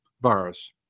virus